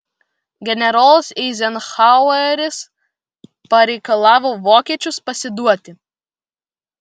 generolas eizenhaueris pareikalavo vokiečius pasiduoti